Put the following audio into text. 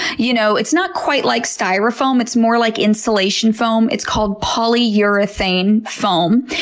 you know it's not quite like styrofoam, it's more like insulation foam. it's called polyurethane foam.